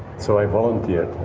so i volunteered,